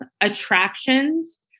attractions